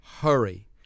hurry